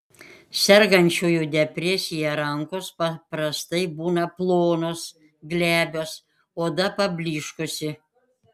sergančiųjų depresija rankos paprastai būna plonos glebios oda pablyškusi